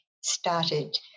started